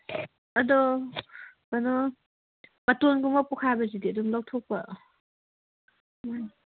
ꯑꯗꯣ ꯀꯩꯅꯣ ꯃꯇꯣꯟꯒꯨꯝꯕ ꯄꯣꯛꯈꯥꯏꯕꯁꯤꯗꯤ ꯑꯗꯨꯝ ꯂꯧꯊꯣꯛꯄ